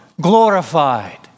glorified